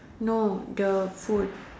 no the food